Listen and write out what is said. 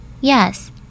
Yes